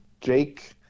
Jake